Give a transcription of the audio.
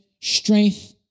strength